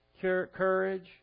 courage